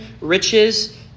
riches